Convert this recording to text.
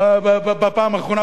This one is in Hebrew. בפעם האחרונה,